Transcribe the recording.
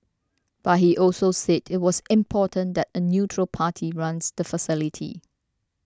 but he also said it was important that a neutral party runs the facility